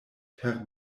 per